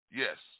yes